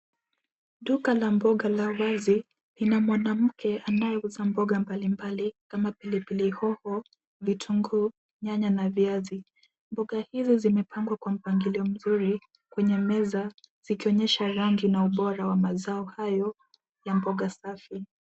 Duka la mboga la wazi lina mwanamke anayeuza mboga mbalimbali kama pilipili hoho, vitunguu, nyanya na viazi. Mboga hizo zimepangwa kwa mpangilio mzuri kwenye meza zikionyesha rangi na ubora wa mazao hayo ya mboga safi.